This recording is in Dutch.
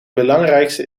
belangrijkste